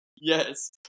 yes